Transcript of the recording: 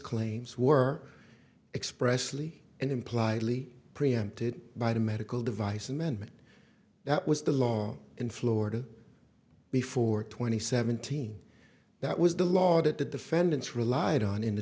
claims were expressly and impliedly preempted by the medical device amendment that was the law in florida before twenty seventeen that was the law that the defendants relied on in the